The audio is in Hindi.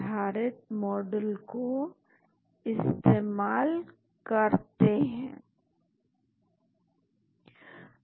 तो आपको एक मॉलिक्यूल के समूह का पता होना चाहिए जोकि एक ही लक्ष्य पर जाकर जुड़ेंगे और फिर हम यह जानने की कोशिश करते हैं कि कौन सी संरचनात्मक विशेषताएं हैं